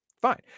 Fine